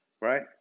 right